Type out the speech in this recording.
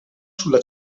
sulla